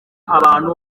abantu